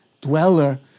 dweller